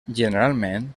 generalment